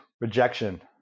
rejection